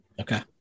Okay